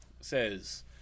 says